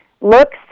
looks